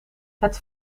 het